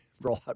right